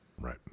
Right